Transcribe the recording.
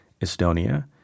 Estonia